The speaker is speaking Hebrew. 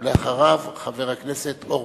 ואחריו, חבר הכנסת אורבך.